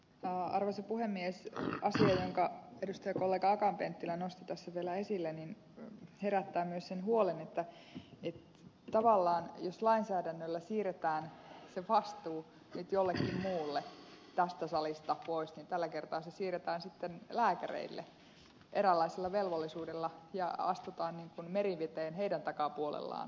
asia jonka edustajakollega akaan penttilä nosti tässä vielä esille herättää myös sen huolen että jos tavallaan lainsäädännöllä siirretään se vastuu nyt jollekin muulle tästä salista pois niin tällä kertaa se siirretään sitten lääkäreille eräänlaisella velvollisuudella ja astutaan meriveteen heidän takapuolellaan